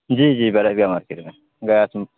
جی جی جی بڑے عید گاہ مارکیٹ میں گیا تو